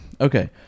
okay